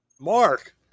Mark